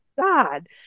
God